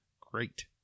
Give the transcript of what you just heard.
great